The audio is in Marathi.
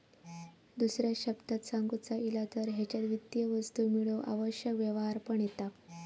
दुसऱ्या शब्दांत सांगुचा झाला तर हेच्यात वित्तीय वस्तू मेळवूक आवश्यक व्यवहार पण येता